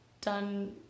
done